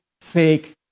fake